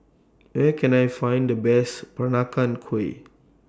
Where Can I Find The Best Peranakan Kueh